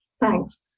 Thanks